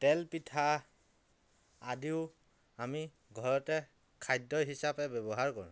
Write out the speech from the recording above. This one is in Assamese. তেল পিঠা আদিও আমি ঘৰতে খাদ্য হিচাপে ব্যৱহাৰ কৰোঁ